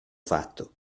fatto